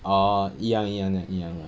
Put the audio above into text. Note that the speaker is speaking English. oh 一样一样这样一样这样